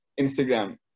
Instagram